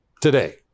today